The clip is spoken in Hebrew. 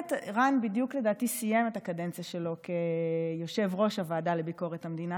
רן לדעתי בדיוק סיים את הקדנציה שלו כיושב-ראש הוועדה לביקורת המדינה,